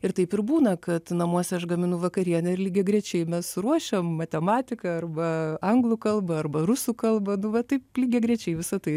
ir taip ir būna kad namuose aš gaminu vakarienę ir lygiagrečiai mes ruošiam matematiką arba anglų kalbą arba rusų kalbą nu va taip lygiagrečiai visa tai